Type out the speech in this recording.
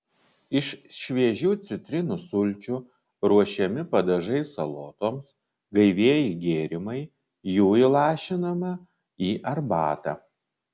iš šviežių citrinų sulčių ruošiami padažai salotoms gaivieji gėrimai jų įlašinama į arbatą